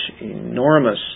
enormous